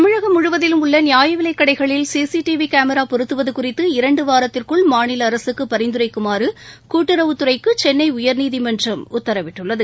தமிழகம் முழுவதிலும் உள்ள நியாயவிலைக் கடைகளில் சிசிடிவி கேமிரா பொருத்துவது குறித்து இரண்டு வாரத்திற்குள் மாநில அரசுக்கு பரிந்துரைக்குமாறு கூட்டுறவுத்துறைக்கு சென்னை உயர்நீதிமன்றம் உத்தரவிட்டுள்ளது